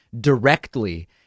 directly